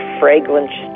fragrance